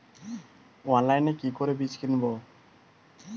অনলাইনে কি করে বীজ কিনব?